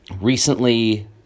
Recently